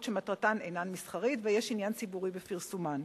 שמטרתן אינה מסחרית ויש עניין ציבורי בפרסומן.